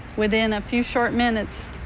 within a few shorts minutes